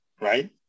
right